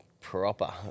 proper